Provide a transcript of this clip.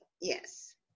yes